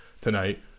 tonight